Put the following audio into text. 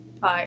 Bye